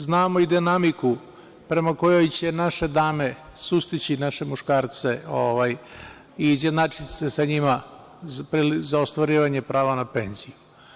Znamo i dinamiku prema kojoj će naše dame sustići naše muškarce i izjednačiti se sa njima za ostvarivanje prava na penziju.